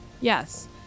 Yes